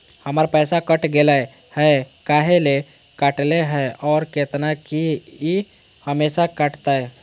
हमर पैसा कट गेलै हैं, काहे ले काटले है और कितना, की ई हमेसा कटतय?